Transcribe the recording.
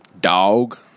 dog